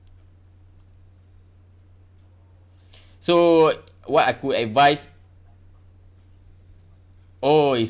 so what I could advice oh is